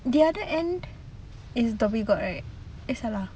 the other end is dhoby ghaut right eh salah